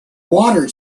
water